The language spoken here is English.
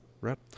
Right